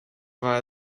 war